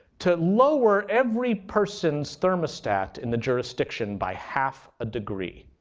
to lower every person's thermostat in the jurisdiction by half a degree,